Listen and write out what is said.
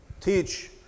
teach